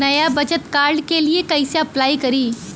नया बचत कार्ड के लिए कइसे अपलाई करी?